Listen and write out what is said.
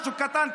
משהו קטן,